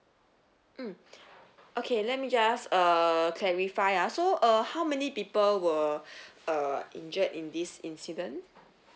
mm okay let me just err clarify ah so uh how many people were uh injured in this incident